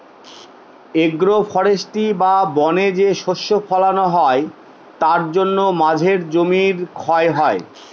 agro forestry বা বনে যে শস্য ফলানো হয় তার জন্য মাঝের জমি ক্ষয় হয়